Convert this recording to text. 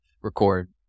record